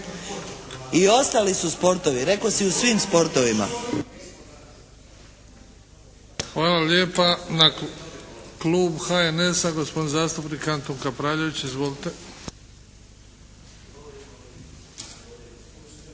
I ostali su sportovi. Rekao si u svim sportovima.